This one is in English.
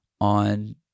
on